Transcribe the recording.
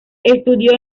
estudió